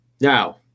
Now